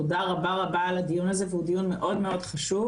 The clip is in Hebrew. תודה רבה רבה על הדיון הזה והוא דיון מאוד מאוד חשוב.